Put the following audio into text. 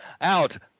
out